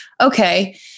okay